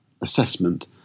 assessment